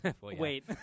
Wait